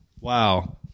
Wow